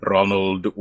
Ronald